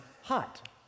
Hot